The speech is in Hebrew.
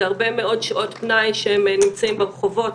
זה הרבה מאוד שעות פנאי שהם נמצאים ברחובות.